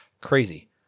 Crazy